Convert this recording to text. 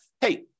hey